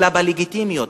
אלא בלגיטימיות,